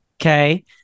okay